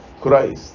Christ